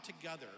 together